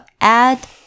add